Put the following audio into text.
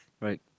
Right